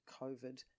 COVID